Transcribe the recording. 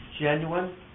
genuine